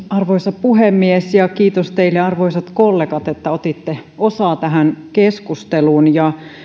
arvoisa puhemies kiitos teille arvoisat kollegat että otitte osaa tähän keskusteluun